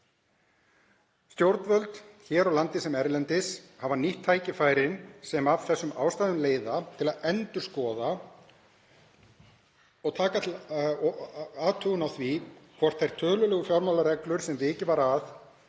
Stjórnvöld, hér á landi sem erlendis, hafa nýtt tækifærin sem af þessum aðstæðum leiða til endurskoðunar og athugunar á því hvort þær tölulegu fjármálareglur sem vikið var